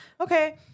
okay